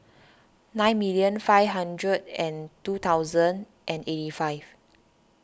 nine million five hundred and two thousand and eighty five